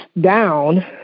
down